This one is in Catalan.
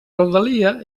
rodalia